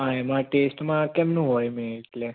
હા એમાં ટેસ્ટમાં કેમનું હોય એટલે